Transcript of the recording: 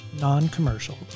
non-commercial